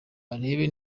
arebe